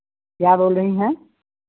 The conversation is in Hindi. क्या बोल रही हैं